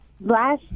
Last